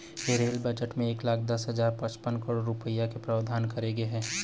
ए rail budget म एक लाख दस हजार पचपन करोड़ रूपिया के प्रावधान करे गे हे